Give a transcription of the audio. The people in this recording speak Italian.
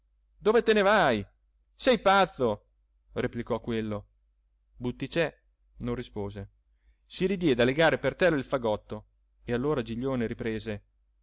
dove te ne vai sei pazzo replicò quello butticè non rispose si ridiede a legare per terra il fagotto e allora giglione riprese